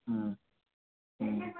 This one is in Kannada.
ಹ್ಞೂ ಹ್ಞೂ